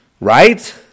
Right